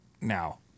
now